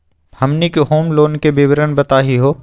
हमनी के home loan के विवरण बताही हो?